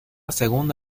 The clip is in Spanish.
segundo